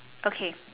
okay